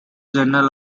general